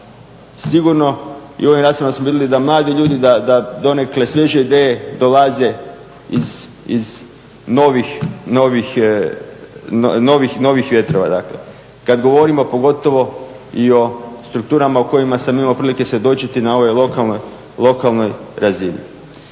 Sigurno i u ovim raspravama smo vidli da mladi ljudi, da donekle svježe ideje dolaze iz novih vjetrova kad govorimo pogotovo i o strukturama u kojima sam imao prilike svjedočiti na ovoj lokalnoj razini.